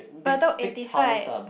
Bedok eighty five